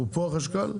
החשכ"ל פה?